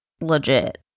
legit